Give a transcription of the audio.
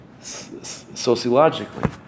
sociologically